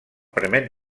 permet